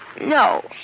No